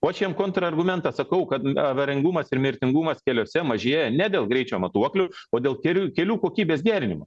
o aš jiem kontrargumentą sakau kad avaringumas ir mirtingumas keliuose mažėja ne dėl greičio matuoklių o dėl kelių kelių kokybės gerinimo